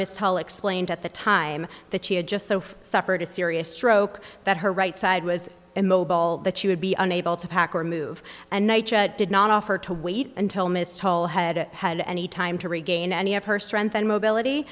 miss hall explained at the time that she had just so suffered a serious stroke that her right side was immobile that she would be unable to pack or move and they did not offer to wait until mr hall head had any time to regain any of her strength and mobility